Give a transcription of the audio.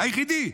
היחידה.